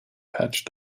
patch